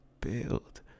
build